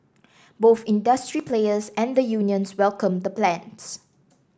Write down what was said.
both industry players and the unions welcomed the plans